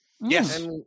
Yes